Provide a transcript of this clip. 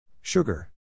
Sugar